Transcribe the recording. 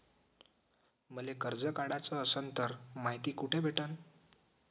मले कर्ज काढाच असनं तर मायती कुठ भेटनं?